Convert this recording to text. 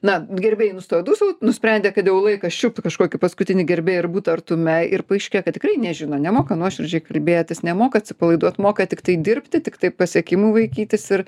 na gerbėjai nustojo dūsaut nusprendė kad jau laikas čiupti kažkokį paskutinį gerbėją ir būti artume ir paaiškėja kad tikrai nežino nemoka nuoširdžiai kalbėtis nemoka atsipalaiduot moka tiktai dirbti tiktai pasiekimų vaikytis ir